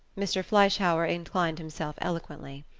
mr. fleischhauer inclined himself eloquently.